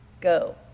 go